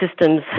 systems